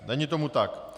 Není tomu tak.